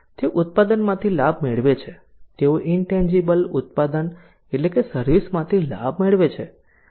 તેઓ ઉત્પાદનમાંથી લાભ મેળવે છે તેઓ ઇંટેનજીબલ ઉત્પાદન એટલેકે સર્વિસ માથી લાભ મેળવે છે